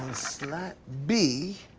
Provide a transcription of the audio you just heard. slat b.